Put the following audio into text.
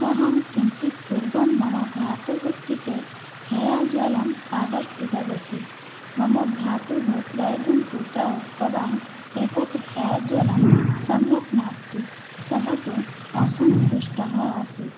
अहं किञ्चित् पूर्वं मम भ्रातुः कृते हेयर्जलम् आर्डर् कृतवती मम भ्राता प्रयोगं कृत्वा उक्तवान् एतत् हेर्जलं सम्यक् नास्ति सः तु असन्तुष्टः आसीत्